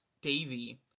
Davy